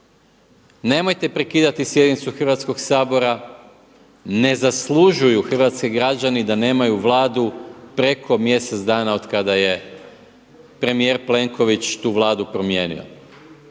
Nemojte prekidati sjednicu Hrvatskoga sabora, ne zaslužuju hrvatski građani da nemaju Vladu preko mjesec dana otkada je premijer Plenković tu Vladu promijenio.